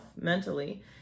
mentally